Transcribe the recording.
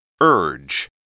Urge